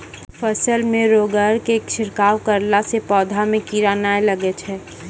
फसल मे रोगऽर के छिड़काव करला से पौधा मे कीड़ा नैय लागै छै?